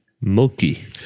milky